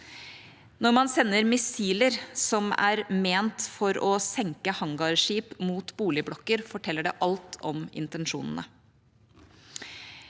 Når man sender missiler som er ment for å senke hangarskip, mot boligblokker, forteller det alt om intensjonene.